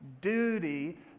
duty